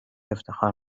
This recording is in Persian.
افتخار